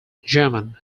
german